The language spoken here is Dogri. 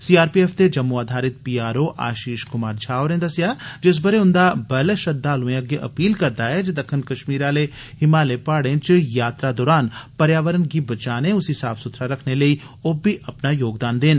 सीआरपीएफ दे जम्मू आधारित पीआरओ आषीश कुमार झा होरें दस्सेआ जे इस बरे उंदा बल श्रद्वालुएं अग्गे अपील करदा ऐ जे दक्खन कष्मीर आले हिमालय पहाड़ें च यात्रा दौरान पर्यावरण गी बचाने उसी साफ सुथरा रखने लेई औब्बी अपना योगदान देन